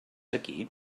aquí